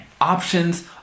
Options